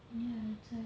ya it's a